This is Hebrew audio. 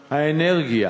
האנרגיה.